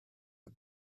are